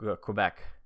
Quebec